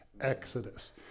exodus